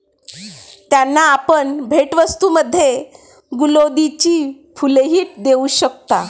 त्यांना आपण भेटवस्तूंमध्ये गुलौदीची फुलंही देऊ शकता